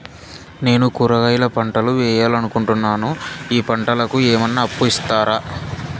నేను కూరగాయల పంటలు వేయాలనుకుంటున్నాను, ఈ పంటలకు ఏమన్నా అప్పు ఇస్తారా?